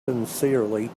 sincerely